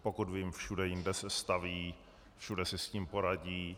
Pokud vím, všude jinde se staví, všude si s tím poradí.